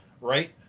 right